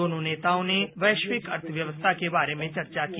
दोनों नेताओं ने वैश्विक अर्थव्यवस्था के बारे में चर्चा की